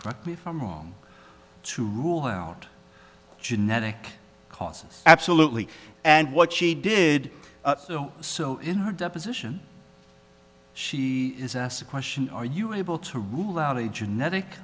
for me if i'm wrong to rule out genetic causes absolutely and what she did so in her deposition she is asked a question are you able to rule out a genetic